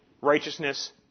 righteousness